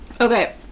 Okay